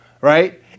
Right